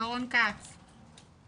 של רון כץ .